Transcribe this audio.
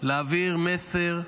להעביר מסר,